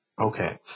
Okay